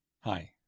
Hi